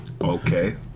Okay